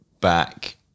back